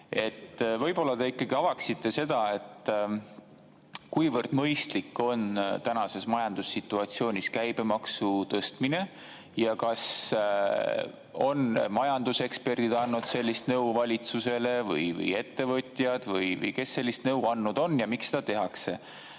Võib-olla te ikkagi avaksite seda, kuivõrd mõistlik on tänases majandussituatsioonis käibemaksu tõstmine? Kas majanduseksperdid on andnud sellist nõu valitsusele või ettevõtjad? Kes sellist nõu andnud on ja miks seda tehakse?